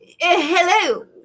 Hello